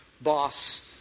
boss